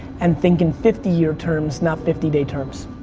and think in fifty year terms not fifty day terms.